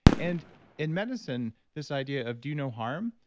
and in medicine, this idea of do no harm,